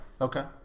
Okay